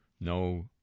No